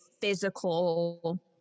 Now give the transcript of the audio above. physical